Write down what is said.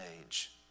age